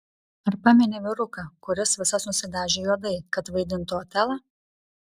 ar pameni vyruką kuris visas nusidažė juodai kad vaidintų otelą